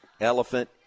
elephant